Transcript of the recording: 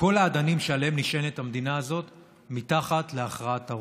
כל האדנים שעליהם נשענת המדינה הזאת מתחת להכרעת הרוב?